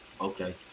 Okay